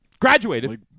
Graduated